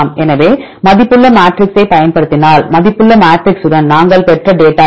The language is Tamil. எனவே மதிப்புள்ள மேட்ரிக்ஸைப் பயன்படுத்தினால் மதிப்புள்ள மேட்ரிக்ஸுடன் நாங்கள் பெற்ற டேட்டா இது